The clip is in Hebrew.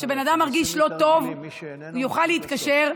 כשבן אדם מרגיש לא טוב, הוא יוכל להתקשר,